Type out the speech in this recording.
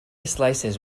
slices